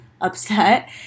upset